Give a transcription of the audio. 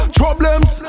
problems